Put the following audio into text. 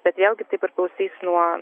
bet vėlgi tai priklausys nuo